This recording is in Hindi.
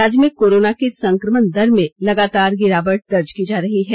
राज्य में कोरोना के संक्रमण दर में लगातार गिरावट दर्ज की जा रही है